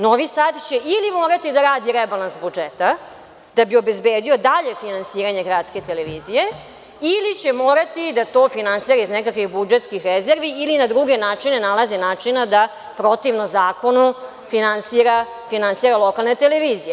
Novi Sad će ili morati da radi rebalans budžeta da bi obezbedio dalje finansiranje gradske televizije ili će morati da to finansira iz nekakvih budžetskih rezervi ili na druge načine nalazi načina da protivno zakonu finansira lokalne televizije.